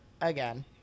again